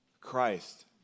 Christ